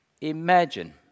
imagine